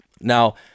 Now